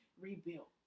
rebuilt